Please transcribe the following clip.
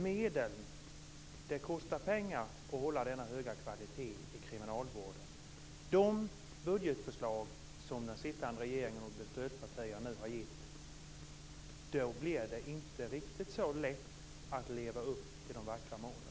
Medel; det kostar pengar att hålla denna höga kvalitet i kriminalvården. Med de budgetförslag som den sittande regeringen och dess stödpartier nu har lagt fram blir det inte riktigt så lätt att leva upp till de vackra målen.